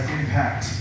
impact